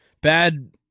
Bad